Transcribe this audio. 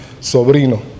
sobrino